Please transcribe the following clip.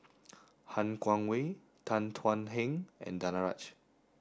Han Guangwei Tan Thuan Heng and Danaraj